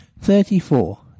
Thirty-four